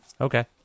Okay